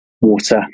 water